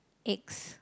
eggs